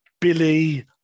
Billy